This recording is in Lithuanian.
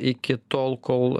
iki tol kol